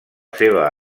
seva